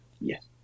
Yes